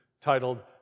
titled